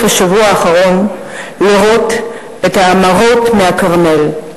השבוע האחרון לראות את המראות מהכרמל.